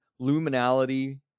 luminality